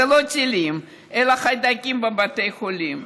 זה לא טילים אלא חיידקים בבתי חולים.